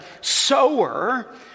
sower